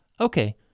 Okay